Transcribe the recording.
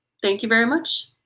thank you very much.